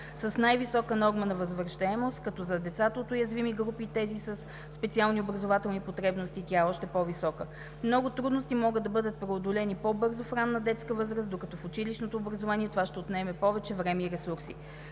с най-висока норма на възвръщаемост, като за децата от уязвими групи и тези със специални образователни потребности, тя е още по-висока. Много трудности могат да бъдат преодолени по-бързо в ранна детска възраст, докато в училищното образование това ще отнеме повече време и ресурси.